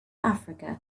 africa